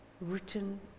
written